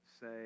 say